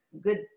good